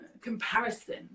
comparison